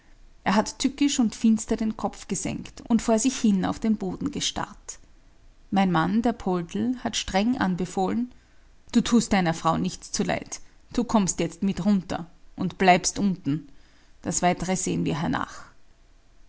er hat tückisch und finster den kopf gesenkt und vor sich hin auf den boden gestarrt mein mann der poldl hat streng anbefohlen du tust deiner frau nichts zuleid du kommst jetzt mit runter du bleibst unten das weitere sehen wir hernach